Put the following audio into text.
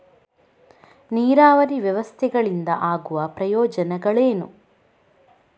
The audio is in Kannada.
ನೀರಾವರಿ ವ್ಯವಸ್ಥೆಗಳಿಂದ ಆಗುವ ಪ್ರಯೋಜನಗಳೇನು?